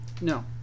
No